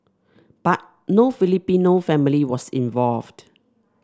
but no Filipino family was involved